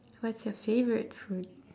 what's your favourite food